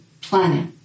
planet